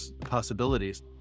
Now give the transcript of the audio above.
possibilities